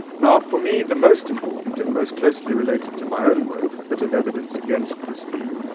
now for me the most important and most closely related to my own work, a bit of evidence against this view,